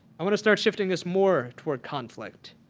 i want to start shifting this more toward conflict.